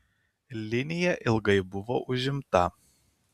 linija ilgai buvo užimta